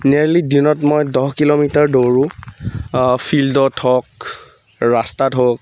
daily দিনত মই দহ কিলোমিটাৰ দৌৰোঁ ফিল্ডত হওক ৰাস্তাত হওক